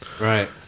Right